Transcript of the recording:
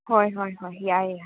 ꯍꯣꯏ ꯍꯣꯏ ꯍꯣꯏ ꯌꯥꯏꯌꯦ ꯌꯥꯏ